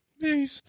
Peace